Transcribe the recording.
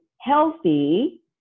healthy